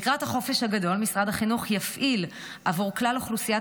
לקראת החופש הגדול משרד החינוך יפעיל עבור כלל אוכלוסיית